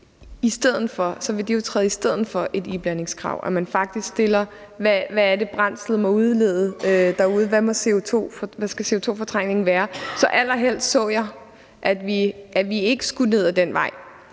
laver det, jo træde i stedet for et iblandingskrav. Der stiller man faktisk krav om, hvad det er, brændsel må udlede derude; hvad CO2-fortrængningen skal være. Så allerhelst så jeg, at vi ikke skulle ned ad den vej.